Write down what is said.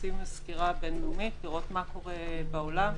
עושים סקירה בין-לאומית לראות מה קורה בעולם,